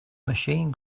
machine